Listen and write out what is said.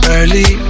Early